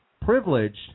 privileged